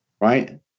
right